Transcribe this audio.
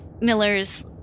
Miller's